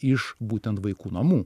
iš būtent vaikų namų